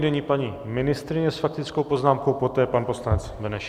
Nyní paní ministryně s faktickou poznámkou, poté pan poslanec Benešík.